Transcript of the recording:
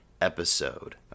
episode